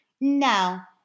Now